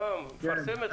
הוא מפרסם אתכם.